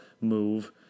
move